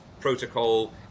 protocol